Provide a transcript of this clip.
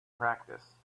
practice